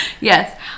Yes